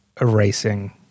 erasing